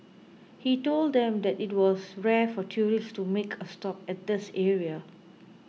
he told them that it was rare for tourists to make a stop at this area